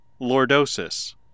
Lordosis